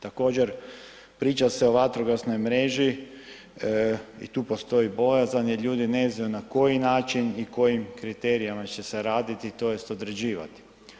Također priča se o vatrogasnoj mreži i tu postoji bojazan jer ljudi ne znaju na koji način i kojim kriterijama će se raditi tj. određivati.